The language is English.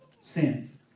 sins